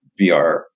VR